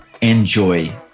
Enjoy